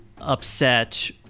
upset